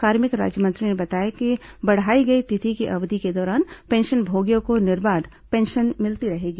कार्मिक राज्यमंत्री ने बताया कि बढ़ाई गई तिथि की अवधि के दौरान पेंशनभोगियों को निर्बाध पेंशन मिलती रहेगी